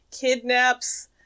kidnaps